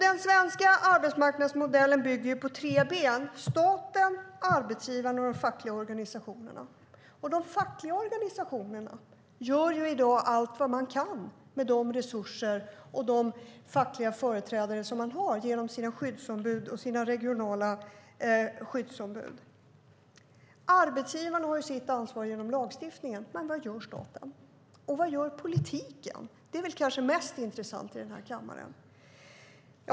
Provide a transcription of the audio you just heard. Den svenska arbetsmarknadsmodellen bygger på tre ben: staten, arbetsgivarna och de fackliga organisationerna. De fackliga organisationerna gör i dag allt vad de kan med de resurser och de fackliga företrädare som de har genom sina skyddsombud och regionala skyddsombud. Arbetsgivarna har sitt ansvar genom lagstiftningen. Men vad gör staten? Och vad gör politiken? Det är kanske mest intressant i denna kammare.